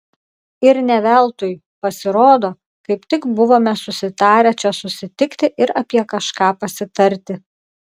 ir ne veltui pasirodo kaip tik buvome susitarę čia susitikti ir apie kažką pasitarti